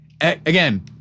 again